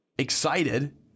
excited